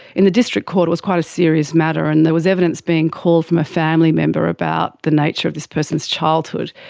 in the district court, it was quite a serious matter, and there was evidence being called from a family member about the nature of this person's childhood.